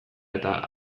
eta